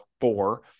four